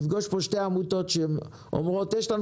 לפגוש כאן שתי עמותות שאומרות 'יש לנו